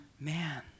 man